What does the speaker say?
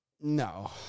No